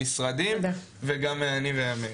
משרדים וגם אני ומאיר.